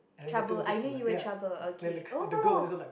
trouble I know you were trouble okay oh